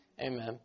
Amen